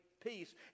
peace